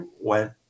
went